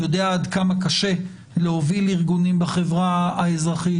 יודע עד כמה קשה להוביל ארגונים בחברה האזרחית.